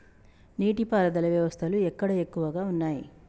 నీటి పారుదల వ్యవస్థలు ఎక్కడ ఎక్కువగా ఉన్నాయి?